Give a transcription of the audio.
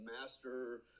master